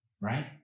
Right